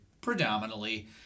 predominantly